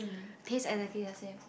taste exactly the same